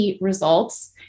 results